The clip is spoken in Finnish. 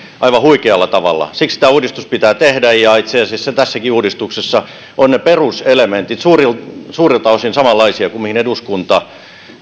aivan huikealla tavalla siksi tämä uudistus pitää tehdä ja itse asiassa tässäkin uudistuksessa ovat ne peruselementit suurilta suurilta osin samanlaisia kuin mihin eduskunta